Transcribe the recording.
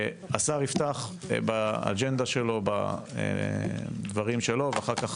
השר יפתח באג'נדה שלו, בדברים שלו, ואחר כך